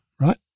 right